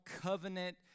covenant